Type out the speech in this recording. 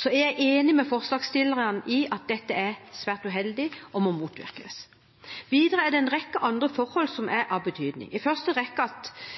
Jeg er enig med forslagsstillerne i at dette er svært uheldig og må motvirkes. Videre er det en rekke andre forhold som er av betydning – i første rekke at